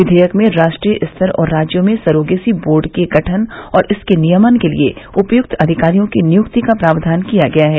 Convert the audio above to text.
विधेयक में राष्ट्रीय स्तर और राज्यों में सरोगेसी बोर्ड के गठन और इसके नियमन के लिए उपयुक्त अधिकारियों की नियुक्ति का प्रावधान किया गया है